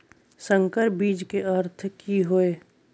संकर बीज के अर्थ की हैय?